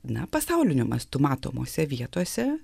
na pasauliniu mastu matomose vietose